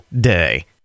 Day